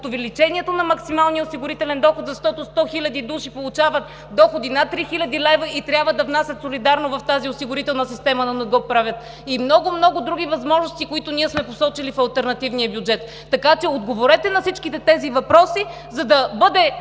увеличението на максималния осигурителен доход, защото 100 хиляди души получават доходи над 3 хил. лв. и трябва да внасят солидарно в тази осигурителна система, но не го правят, и много, много други възможности, които ние сме посочили в алтернативния бюджет. Така че отговорете на всички тези въпроси, за да бъде